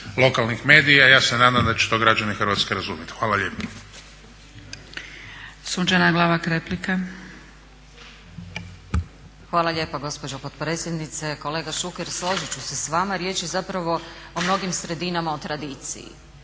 lokalnih medija i ja se nadam da će to građani Hrvatske razumjeti. Hvala lijepo.